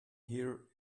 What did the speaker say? here